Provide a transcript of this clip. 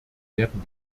werden